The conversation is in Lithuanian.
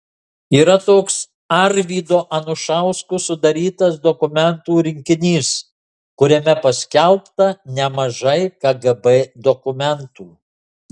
yra toks arvydo anušausko sudarytas dokumentų rinkinys kuriame paskelbta nemažai kgb dokumentų